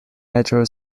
natural